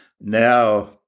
Now